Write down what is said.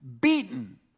beaten